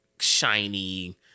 shiny